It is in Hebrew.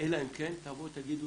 אלא אם כן תבואו ותגידו